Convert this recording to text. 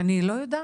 אני לא יודעת.